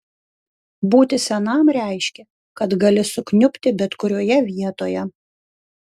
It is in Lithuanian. būti senam reiškė kad gali sukniubti bet kurioje vietoje